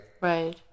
Right